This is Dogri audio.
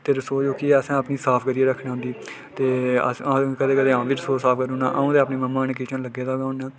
ते रसोई जेह्की ऐ ओह् असें साफ करी रक्खनी होंदी ते अस कदें कदें अ'ऊं बी रसोई साफ कराई ओड़ना अ'ऊं ते अपनी ममा कन्नै किचन च लग्गे दा गै होन्ना